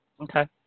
Okay